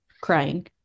crying